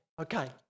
Okay